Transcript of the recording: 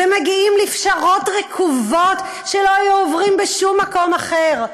מגיעים לפשרות רקובות שלא היו עוברות בשום מקום אחר.